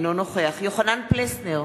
אינו נוכח יוחנן פלסנר,